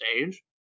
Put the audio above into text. stage